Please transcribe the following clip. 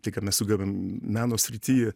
tai ką mes sugebam meno srity